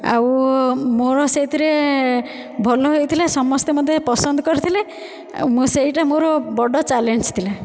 ଆଉ ମୋ'ର ସେଇଥିରେ ଭଲ ହୋଇଥିଲା ସମସ୍ତେ ମୋତେ ପସନ୍ଦ କରିଥିଲେ ସେଇଟା ମୋର ବଡ ଚାଲେଞ୍ଜ ଥିଲା